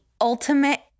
ultimate